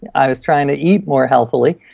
and i was trying to eat more healthfully,